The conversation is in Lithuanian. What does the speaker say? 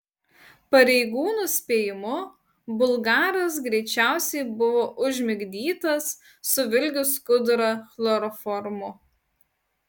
pareigūnų spėjimu bulgaras greičiausiai buvo užmigdytas suvilgius skudurą chloroformu